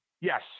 Yes